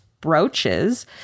brooches